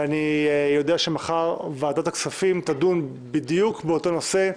אני יודע שוועדת הכספים תדון מחר בדיוק באותו נושא,